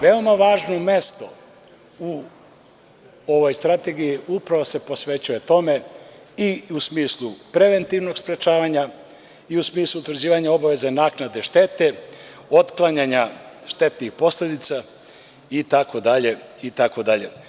Veoma važno mesto u ovoj strategiji upravo se posvećuje tome i u smislu preventivnog sprečavanja i u smislu utvrđivanja obaveza i naknade štete, otklanjanja štetnih posledica, itd, itd.